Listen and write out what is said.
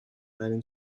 einen